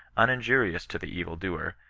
uninjurious to the evil doer,